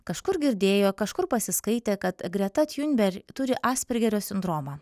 kažkur girdėjo kažkur pasiskaitė kad greta tiunber turi aspergerio sindromą